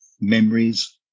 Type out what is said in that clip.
memories